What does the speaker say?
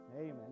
Amen